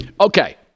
Okay